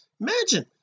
imagine